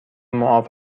معاف